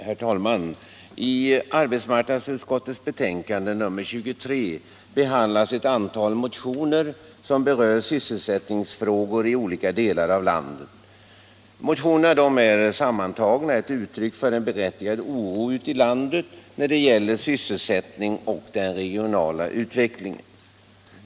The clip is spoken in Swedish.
Herr talman! I arbetsmarknadsutskottets betänkande nr 23 behandlas ett antal motioner som berör sysselsättningsfrågor i olika delar av landet. Motionerna är sammantagna ett uttryck för en berättigad oro ute i landet när det gäller sysselsättningen och den regionala utvecklingen.